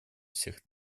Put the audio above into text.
всех